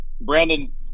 Brandon